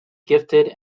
gifted